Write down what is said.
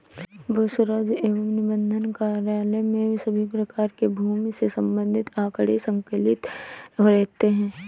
भू राजस्व एवं निबंधन कार्यालय में सभी प्रकार के भूमि से संबंधित आंकड़े संकलित रहते हैं